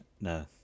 no